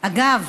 אגב,